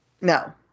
No